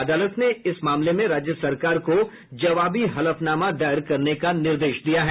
अदालत ने इस मामले में राज्य सरकार को जवाबी हलफनामा दायर करने का निर्देश दिया है